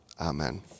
Amen